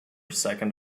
second